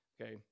okay